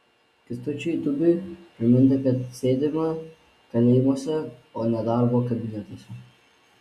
kęstučiui tubiui priminta kad sėdima kalėjimuose o ne darbo kabinetuose